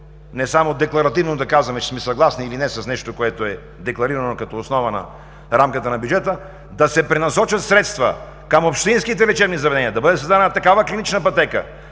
не само декларативно да казваме, че сме съгласни или не с нещо, което е декларирано като основа на рамката на бюджета, да се пренасочат средства към общинските лечебни заведения. Да бъде създадена такава клинична пътека,